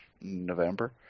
November